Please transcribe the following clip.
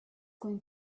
going